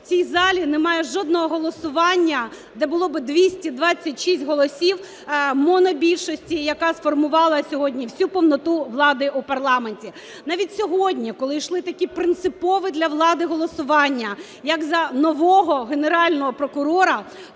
в цій залі немає жодного голосування, де було би 226 голосів монобільшості, яка сформувала сьогодні всю повноту влади у парламенті. Навіть сьогодні, коли йшли такі принципові для влади голосування, як за нового Генерального прокурора,